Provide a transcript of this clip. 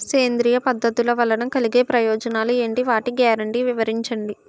సేంద్రీయ పద్ధతుల వలన కలిగే ప్రయోజనాలు ఎంటి? వాటి గ్యారంటీ వివరించండి?